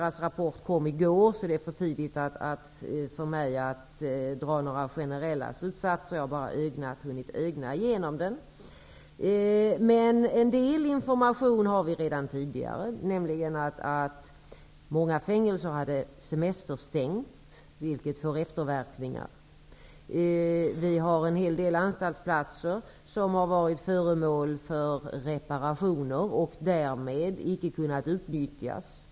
Jag har bara hunnit ögna igenom den, så det är för tidigt för mig att dra några generella slutsatser. En del information hade vi redan tidigare, nämligen att många fängelser har haft semesterstängt, vilket får efterverkningar. En hel del anstaltsplatser har varit föremål för reparation och har därmed icke kunnat utnyttjas.